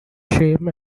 shame